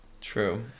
true